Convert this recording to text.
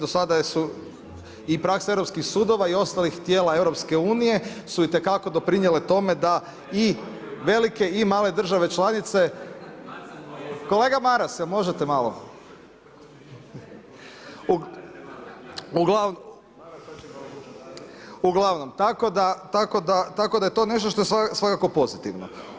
Do sada i praksa Europskih sudova i ostalih tijela EU su itekako doprinijele tome da i velike i male države članice, kolega Maras, jel možete malo? … [[Upadice se ne čuju.]] Uglavnom, tako da je to nešto što svakako pozitivno.